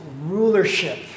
rulership